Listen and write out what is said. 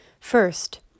First